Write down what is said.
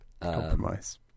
compromise